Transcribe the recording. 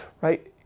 right